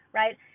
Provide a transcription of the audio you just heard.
right